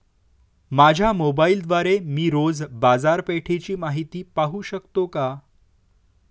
माझ्या मोबाइलद्वारे मी रोज बाजारपेठेची माहिती पाहू शकतो का?